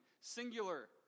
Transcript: singular